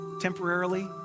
temporarily